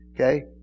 okay